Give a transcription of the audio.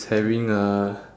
he's having uh